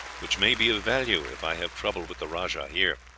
which may be of value if i have trouble with the rajah here.